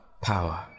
power